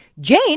jane